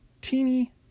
teeny